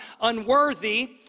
Unworthy